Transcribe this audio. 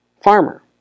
farmer